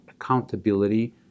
accountability